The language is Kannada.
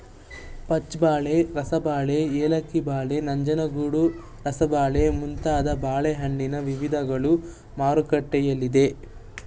ಪಚ್ಚಬಾಳೆ, ರಸಬಾಳೆ, ಏಲಕ್ಕಿ ಬಾಳೆ, ನಂಜನಗೂಡು ರಸಬಾಳೆ ಮುಂತಾದ ಬಾಳೆಹಣ್ಣಿನ ವಿಧಗಳು ಮಾರುಕಟ್ಟೆಯಲ್ಲಿದೆ